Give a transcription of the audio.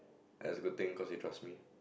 as a good thing cause he trust me